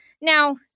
Now